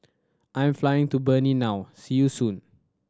I am flying to Benin now see you soon